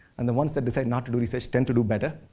and the ones that decide not to do research tend to do better.